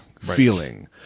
feeling